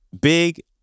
Big